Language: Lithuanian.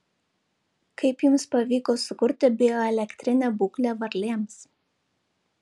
kaip jums pavyko sukurti bioelektrinę būklę varlėms